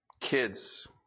kids